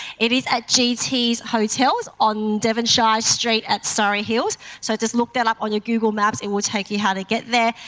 it is at gts hotel on devonshire street at surry hills, so just look that up on your google maps it will take you how to get there,